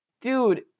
dude